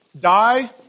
die